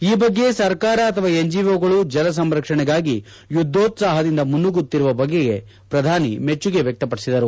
ಈ ಬಗ್ಗೆ ಸರ್ಕಾರ ಅಥವಾ ಎನ್ಜಿಒಗಳು ಜಲಸಂರಕ್ಷಣೆಗಾಗಿ ಯುದ್ಮೋತ್ಲಾಹದಿಂದ ಮುನ್ನುಗ್ಗುತ್ತಿರುವ ಬಗೆಗೆ ಪ್ರಧಾನಿ ಮೆಚ್ಚುಗೆ ವ್ಯಕ್ತಪಡಿಸಿದರು